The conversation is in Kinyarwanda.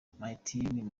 martin